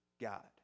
God